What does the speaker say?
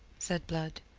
said blood.